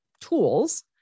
tools